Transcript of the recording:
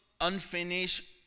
unfinished